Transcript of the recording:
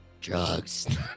Drugs